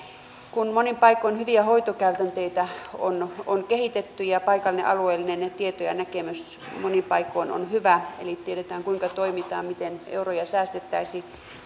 kun monin paikoin hyviä hoitokäytänteitä on on kehitetty ja paikallinen alueellinen tieto ja näkemys monin paikoin on hyvä eli tiedetään kuinka toimitaan miten euroja säästettäisiin